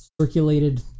circulated